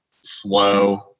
slow